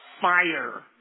fire